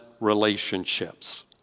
relationships